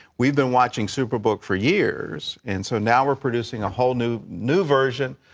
we've been watching superbook for years. and so now we're producing a whole new new version,